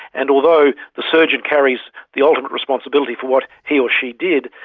and although the surgeon carries the ultimate responsibility for what he or she did,